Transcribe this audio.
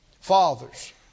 fathers